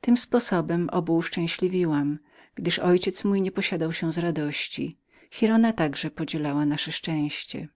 tym sposobem dwóch uszczęśliwiłam gdyż mój ojciec nie posiadał się z radości giralda także podzielała nasze szczęście